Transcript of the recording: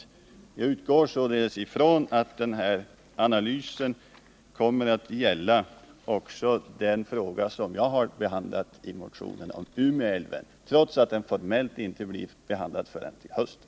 Jag utgår således från att den analys som skall göras kommer att gälla också den fråga som jag har aktualiserat i motionen om Umeälven, trots att den motionen formellt inte blir behandlad förrän till hösten.